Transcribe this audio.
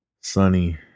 sunny